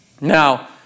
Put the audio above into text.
Now